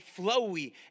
flowy